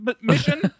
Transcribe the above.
mission